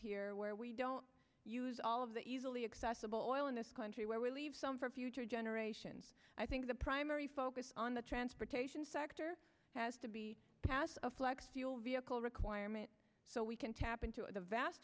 here where we don't use all of the easily accessible in this country where we leave some for future generations i think the primary focus on the transportation sector has to be pass a flex fuel vehicle requirement so we can tap into the vast